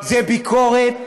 זו ביקורת,